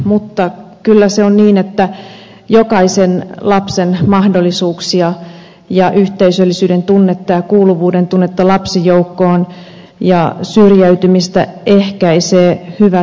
mutta kyllä se on niin että jokaisen lapsen mahdollisuuksia ja yhteisöllisyyden tunnetta ja lapsijoukkoon kuuluvuuden tunnetta lisäävät ja syrjäytymistä ehkäisevät hyvät harrastukset